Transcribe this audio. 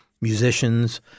musicians